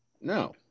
No